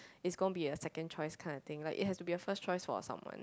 it's gonna be a second choice kind of thing like it has to be a first choice for someone